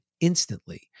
instantly